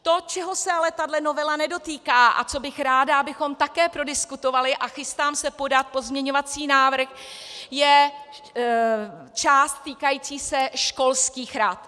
To, čeho se ale tato novela nedotýká a co bych ráda, abychom také prodiskutovali, a chystám se podat pozměňovací návrh, je část týkající se školských rad.